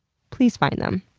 please find them.